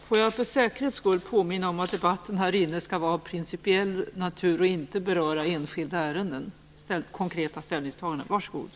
Får jag för säkerhets skull påminna om att debatten här inne skall vara av principiell natur och inte beröra enskilda ärenden eller konkreta ställningstaganden.